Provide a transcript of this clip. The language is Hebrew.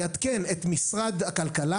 יעדכן את משרד הכלכלה.